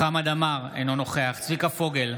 חמד עמאר, אינו נוכח צביקה פוגל,